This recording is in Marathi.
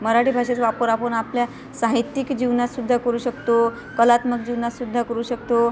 मराठी भाषेचा वापर आपण आपल्या साहित्यिक जीवनात सुद्धा करू शकतो कलात्मक जीवनात सुद्धा करू शकतो